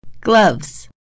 gloves